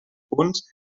punts